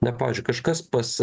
na pavyzdžiui kažkas pas